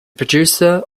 producer